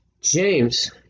James